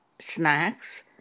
snacks